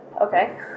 Okay